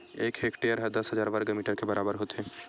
एक हेक्टेअर हा दस हजार वर्ग मीटर के बराबर होथे